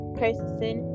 person